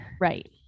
right